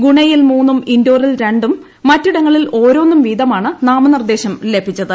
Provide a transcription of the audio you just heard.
ഗുണെയിൽ മൂന്നും ഇൻഡോറിൽ രണ്ടും മറ്റിടങ്ങളിൽ ഓരോന്നും വീതമാണ് നാമനിർദ്ദേശം ലഭിച്ചത്